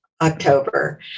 October